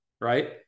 right